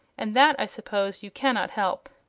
and that i suppose you cannot help.